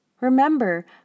Remember